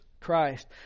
Christ